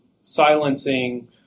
silencing